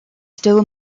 still